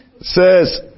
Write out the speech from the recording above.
says